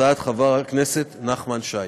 הצעת חבר הכנסת נחמן שי.